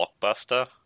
blockbuster